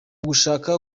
gushaka